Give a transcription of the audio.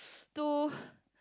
too